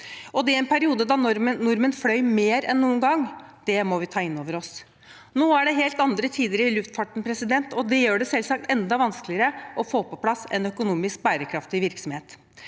det i en periode da nordmenn fløy mer enn noen gang. Det må vi ta inn over oss. Nå er det helt andre tider i luftfarten, og det gjør det selvsagt enda vanskeligere å få på plass en økonomisk bærekraftig virksomhet.